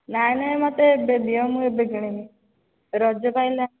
ନାଇଁ ନାଇଁ ମୋତେ ଏବେ ଦିଅ ମୁଁ ଏବେ କିଣିବି ରଜ ତ ଆସିଲା